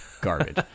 Garbage